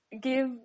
give